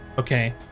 Okay